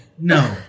no